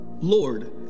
Lord